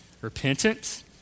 repentance